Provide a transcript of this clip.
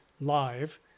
live